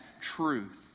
truth